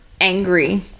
angry